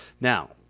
Now